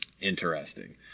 interesting